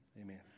amen